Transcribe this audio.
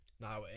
Now